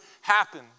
happen